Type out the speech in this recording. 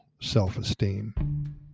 self-esteem